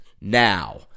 Now